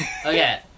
Okay